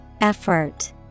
Effort